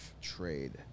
trade